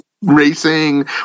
racing